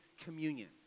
communion